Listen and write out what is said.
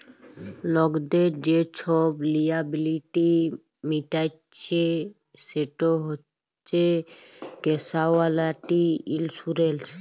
লকদের যে ছব লিয়াবিলিটি মিটাইচ্ছে সেট হছে ক্যাসুয়ালটি ইলসুরেলস